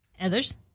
Others